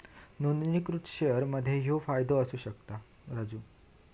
नोंदणीकृत शेअर मध्ये ह्यो फायदो असा राजू